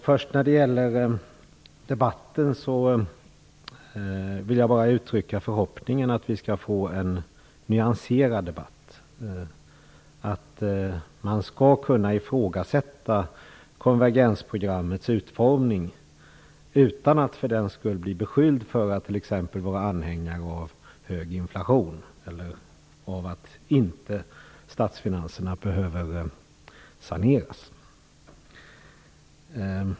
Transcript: Först och främst vill jag bara uttrycka förhoppningen att vi skall få en nyanserad debatt, att man skall kunna ifrågasätta konvergensprogrammets utformning utan att för den skull bli beskylld för att t.ex. vara anhängare av hög inflation eller av att statsfinanserna inte behöver saneras.